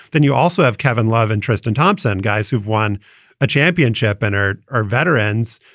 then you also have kevin love interest in thompson, guys who've won a championship and are are veterans.